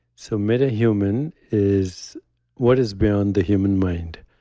so metahuman is what is beyond the human mind.